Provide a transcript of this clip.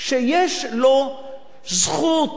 שיש לו זכות